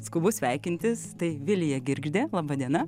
skubu sveikintis tai vilija girgždė laba diena